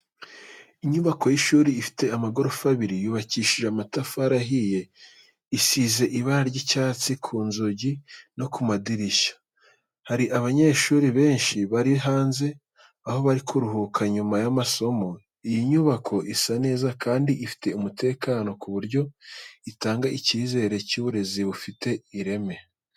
Inyubako y'ishuri ifite amagorofa abiri yubakishije amatafari ahiye, isize ibara ry'icyatsi ku nzugi no ku madirishya. Hari abanyeshuri benshi bari hanze aho bari kuruhuka nyuma y'amasomo. Iyi nyubako isa neza, kandi ifite umutekano ku buryo itanga icyizere cy'uburezi bufite ireme.